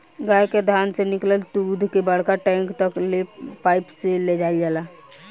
गाय के थान से निकलल दूध के बड़का टैंक तक ले पाइप से ले जाईल जाला